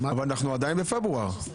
אנחנו עדיין בפברואר.